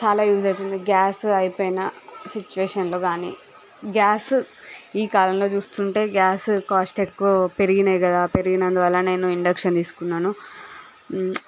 చాలా యూజ్ అవుతుంది గ్యాస్ అయిపోయిన సిట్యుయేషన్లో గానీ గ్యాస్ ఈ కాలంలో చూస్తుంటే గ్యాస్ కాస్ట్ ఎక్కువ పెరిగినాయి కదా పెరిగినందువలన నేను ఇండక్షన్ తీసుకున్నాను